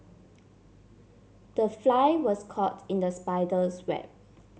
the fly was caught in the spider's web